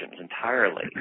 entirely